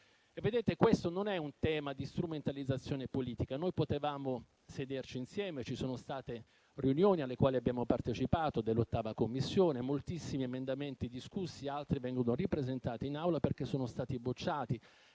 Questo non è un tema di strumentalizzazione politica. Noi potevamo sederci insieme, ci sono state riunioni dell'8a Commissione alle quali abbiamo partecipato, con moltissimi emendamenti discussi; altri vengono ripresentati in Aula, perché sono stati bocciati.